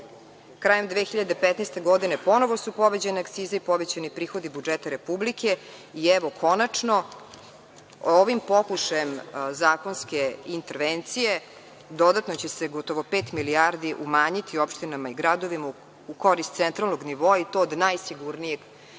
2015. godine ponovo su povećane akcize i povećani prihodi budžeta Republike i konačno ovim pokušajem zakonske intervencije dodatno će se gotovo pet milijardi umanjiti opštinama i gradovima u korist centralnog nivoa i to od najsigurnijeg prihoda